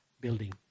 building